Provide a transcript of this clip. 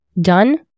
done